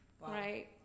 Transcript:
Right